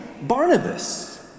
Barnabas